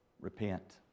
Repent